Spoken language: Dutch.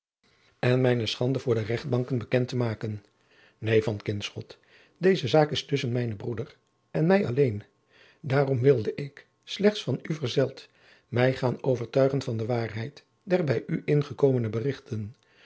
en mijne schande voor de rechtbanken bekend te maken neen van kinschot deze zaak is tusschen mijnen broeder en mij alleen daarom wilde ik slechts van u verzeld mij gaan overtuigen van de waarheid der bij u ingekomene berichten